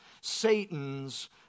Satan's